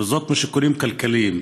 וזאת משיקולים כלכליים.